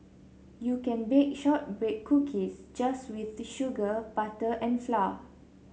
you can bake shortbread cookies just with sugar butter and flour